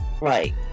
Right